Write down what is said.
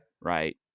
Right